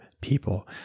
people